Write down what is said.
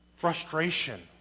Frustration